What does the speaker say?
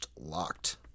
locked